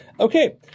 Okay